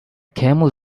camel